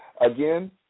Again